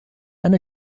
and